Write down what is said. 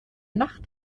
nacht